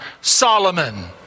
Solomon